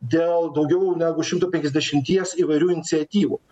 dėl daugiau negu šimto penkiasdešimties įvairių iniciatyvų